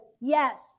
yes